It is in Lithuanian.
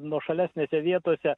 nuošalesnėse vietose